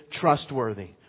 trustworthy